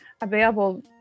available